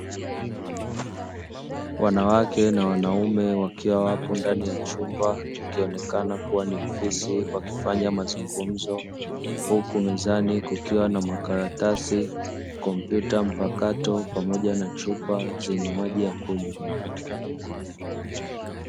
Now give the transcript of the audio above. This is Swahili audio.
Wanawake na wanaume wakiwa wapo ndani ya chumba kikionekana kuwa ni ofisi, wakifanya mazungumzo, huku mezani kukiwa na makaratasi, kompyuta mpakato, pamoja na chupa zenye maji ya kunywa.